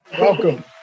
Welcome